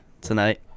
tonight